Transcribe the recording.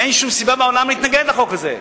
אין שום סיבה בעולם להתנגד לחוק הזה.